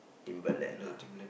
Timberland lah